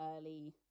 early